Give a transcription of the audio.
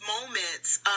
moments